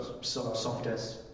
softest